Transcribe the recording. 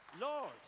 Lord